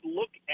look